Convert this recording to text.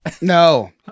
No